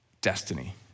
destiny